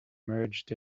merged